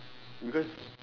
because